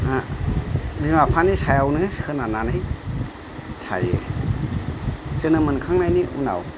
बिमा बिफानि सायावनो सोनारनानै थायो जोनोम मोनखांनायनि उनाव